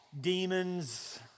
demons